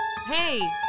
Hey